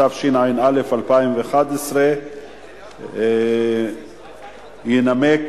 התשע"א 2011. ינמק